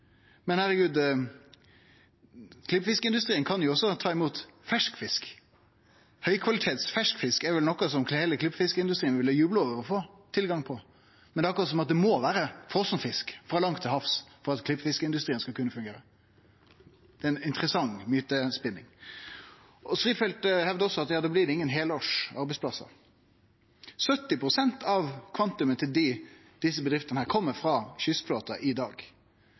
Men klippfiskindustrien kan også ta imot ferskfisk. Høgkvalitets ferskfisk er vel noko som heile klippfiskindustrien ville juble over å få tilgang til, men det er akkurat som om det må vere frosenfisk, frå langt til havs, for at klippfiskindustrien skal kunne fungere. Det er ei interessant mytespinning. Strifeldt hevdar også at da blir det ingen heilårs arbeidsplassar. 70 pst. av kvantumet til desse bedriftene kjem frå kystflåten i dag.